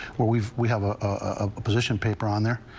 we've we have a a a position paper on there.